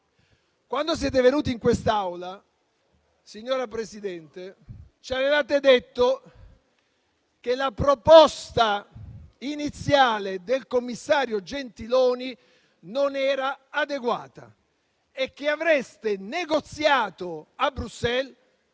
Quando siete venuti in quest'Aula, ci avevate detto che la proposta iniziale del commissario Gentiloni non era adeguata e che avreste negoziato a Bruxelles